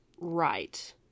Right